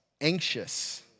anxious